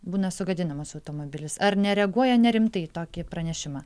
būna sugadinamas automobilis ar nereaguoja nerimtai į tokį pranešimą